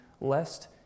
lest